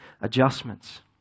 adjustments